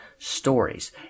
Stories